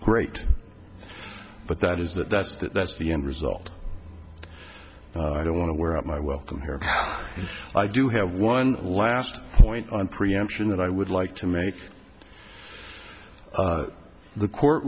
great but that is that that's that's the end result i don't want to wear out my welcome here i do have one last point on preemption that i would like to make the court